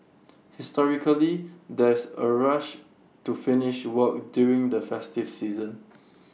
historically there's A rush to finish work during the festive season